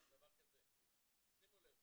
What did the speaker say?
שימו לב,